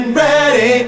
ready